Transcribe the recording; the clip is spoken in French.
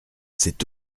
c’est